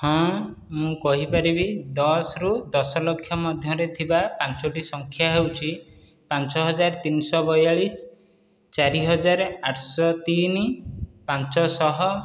ହଁ ମୁଁ କହିପାରିବି ଦଶରୁ ଦଶ ଲକ୍ଷ ମଧ୍ୟରେ ଥିବା ପାଞ୍ଚୋଟି ସଂଖ୍ୟା ହେଉଛି ପାଞ୍ଚ ହଜାର ତିନିଶହ ବଇଆଳିଶ ଚାରି ହଜାର ଆଠଶହ ତିନି ପାଞ୍ଚଶହ